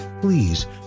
Please